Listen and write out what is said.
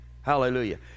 Hallelujah